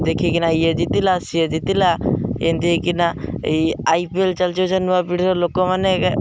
ଦେଖିକିନା ଇଏ ଜିତିଲା ସିଏ ଜିତିଲା ଏନ୍ତି ହେଇକିନା ଏଇ ଆଇ ପି ଏଲ୍ ନୂଆ ପିଢ଼ିର ଲୋକମାନେ